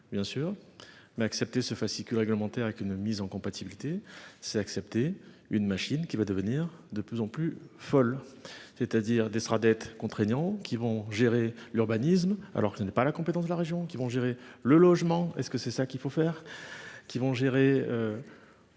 Bien sûr, mais accepter ce fascicule réglementaire avec une mise en compatibilité c'est accepter une machine qui va devenir de plus en plus folles, c'est-à-dire des sera être contraignant qui vont gérer l'urbanisme alors que je n'ai pas la compétence de la région qui vont gérer le logement. Est-ce que c'est ça qu'il faut faire,